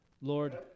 Lord